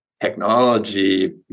technology